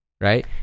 right